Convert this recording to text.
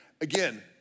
again